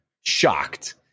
Shocked